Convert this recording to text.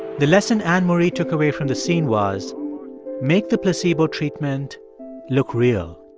the lesson anne marie took away from the scene was make the placebo treatment look real